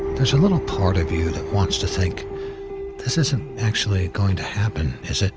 there's a little part of you that wants to think this isn't actually going to happen, is it?